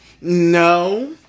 No